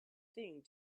thing